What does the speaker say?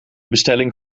bestelling